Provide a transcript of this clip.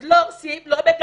אז לא הורסים, לא מגרשים,